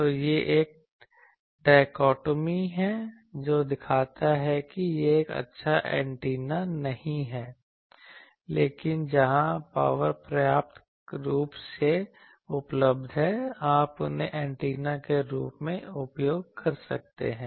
तो यह एक डायकोटोमी है जो दिखाता है कि यह एक अच्छा एंटीना नहीं है लेकिन जहां पावर पर्याप्त रूप से उपलब्ध है आप इन्हें एंटीना के रूप में उपयोग कर सकते हैं